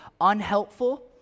unhelpful